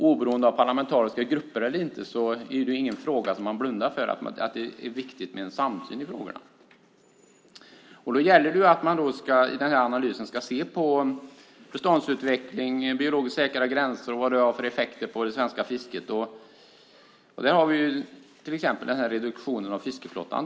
Oberoende av parlamentariska grupper eller inte är det inte något som man blundar för. Det är givetvis viktigt med samsyn i dessa frågor. I analysen ska man se på beståndsutveckling och biologiskt säkra gränser och vad det har för effekter på det svenska fisket. En effekt som vi kan se redan i dag är till exempel reduktionen av fiskeflottan.